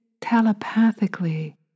telepathically